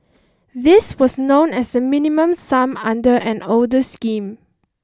this was known as the Minimum Sum under an older scheme